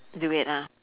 do it lah